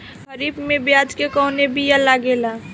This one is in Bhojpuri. खरीफ में प्याज के कौन बीया लागेला?